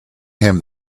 him